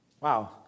Wow